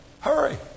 hurry